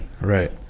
Right